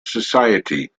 society